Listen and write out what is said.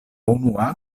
unua